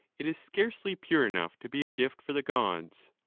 it is scarcely pure enough to be a gift for the gods.